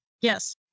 yes